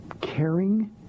caring